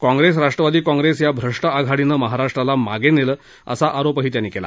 काँप्रेस राष्ट्रवादी काँप्रेस या भ्रष्ट आघाडीनं महाराष्ट्राला मागं नेलं असा आरोप त्यांनी केला